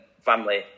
family